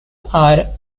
are